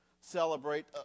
celebrate